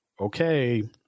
okay